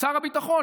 שר הביטחון.